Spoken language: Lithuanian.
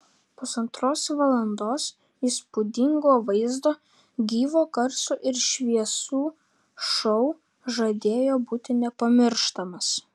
pusantros valandos įspūdingo vaizdo gyvo garso ir šviesų šou žadėjo būti nepamirštamas